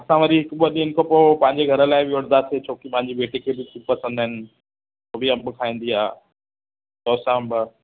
असां वरी हिकु ॿ ॾींहनि खां पोइ पंहिंजे घर लाइ बि वठंदासीं छो की पंहिंजी बेटी खे बि पसंदि हू बि अंब खाईंदी आहे चौसा अंब